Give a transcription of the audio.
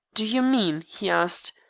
do you mean, he asked,